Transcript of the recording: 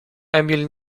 emil